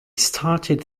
started